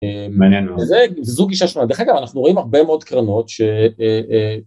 זו גישה שלנו, דרך אגב אנחנו רואים הרבה מאוד קרנות ש...